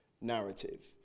narrative